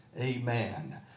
Amen